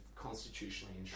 constitutionally